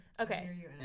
Okay